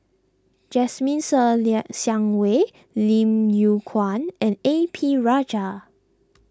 Jasmine Ser Xiang Wei Lim Yew Kuan and A P Rajah